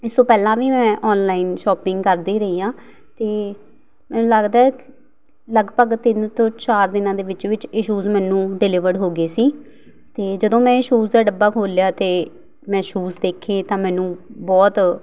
ਇਸ ਤੋਂ ਪਹਿਲਾਂ ਵੀ ਮੈਂ ਔਨਲਾਈਨ ਸ਼ੋਪਿੰਗ ਕਰਦੀ ਰਹੀ ਹਾਂ ਅਤੇ ਮੈਨੂੰ ਲੱਗਦਾ ਲਗਭਗ ਤਿੰਨ ਤੋਂ ਚਾਰ ਦਿਨਾਂ ਦੇ ਵਿੱਚ ਵਿੱਚ ਇਹ ਸ਼ੂਜ਼ ਮੈਨੂੰ ਡਿਲੀਵਰਡ ਹੋ ਗਏ ਸੀ ਅਤੇ ਜਦੋਂ ਮੈਂ ਇਹ ਸ਼ੂਜ਼ ਦਾ ਡੱਬਾ ਖੋਲ੍ਹਿਆ ਤਾਂ ਮੈਂ ਸ਼ੂਜ਼ ਦੇਖੇ ਤਾਂ ਮੈਨੂੰ ਬਹੁਤ